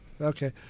Okay